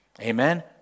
Amen